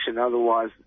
otherwise